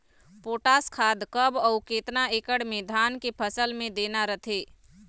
Potash खाद कब अऊ केतना एकड़ मे धान के फसल मे देना रथे?